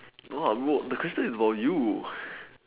no ah bro the question is about you